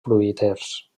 fruiters